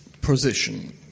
position